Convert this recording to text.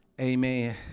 Amen